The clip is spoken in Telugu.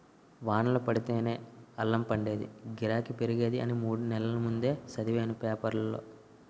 వానలు పడితేనే అల్లం పండేదీ, గిరాకీ పెరిగేది అని మూడు నెల్ల ముందే సదివేను పేపరులో